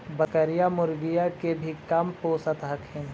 बकरीया, मुर्गीया के भी कमपोसत हखिन?